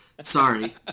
sorry